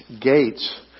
gates